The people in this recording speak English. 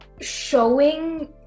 showing